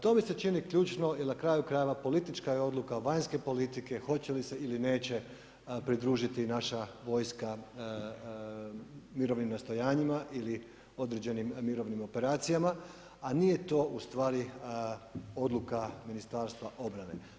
To mi se čini ključno jer na kraju krajeva politička je odluka, vanjske politike, hoće li se ili neće pridružiti naša vojska mirovnim nastojanjima ili određenim mirovnim operacijama, a nije to ustvari odluka Ministarstva obrane.